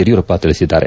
ಯಡಿಯೂರಪ್ಪ ತಿಳಿಸಿದ್ದಾರೆ